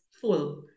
full